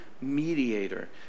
mediator